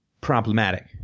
problematic